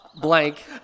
blank